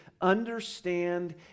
understand